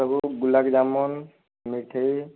ସବୁ ଗୁଲାପ ଯାମୁନ ମିଠାଇ